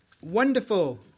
wonderful